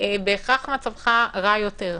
בהכרח מצבך רע יותר.